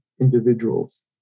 individuals